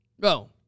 Go